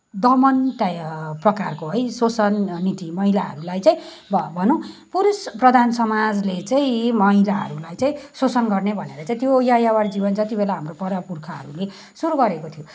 दमन प्रकारको है शोषण नीति महिलाहरूलाई चाहिँ र भनौँ पुरुष प्रधान समाज चाहिँ महिलाहरूलाई चाहिँ शोषण गर्ने भनेर त्यो यायावर जीवन जत्तिबेला हाम्रो परपुर्खाहरूले सुरू गरेको थियो